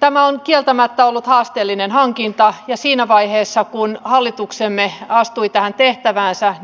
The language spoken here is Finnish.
tämä on kieltämättä ollut haasteellinen hankinta ja siinä vaiheessa kun hallituksemme astui tähän tehtäväänsä